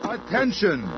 Attention